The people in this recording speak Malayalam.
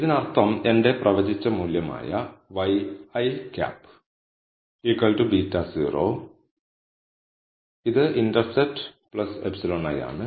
ഇതിനർത്ഥം എന്റെ പ്രവചിച്ച മൂല്യമായ ŷi β̂0 ഇത് ഇന്റർസെപ്റ്റ് εi ആണ്